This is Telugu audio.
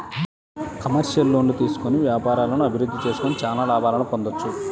కమర్షియల్ లోన్లు తీసుకొని వ్యాపారాలను అభిరుద్ధి చేసుకొని చానా లాభాలను పొందొచ్చు